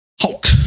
Hulk